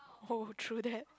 oh true that